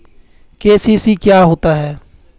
KCC क्या होता है?